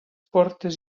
portes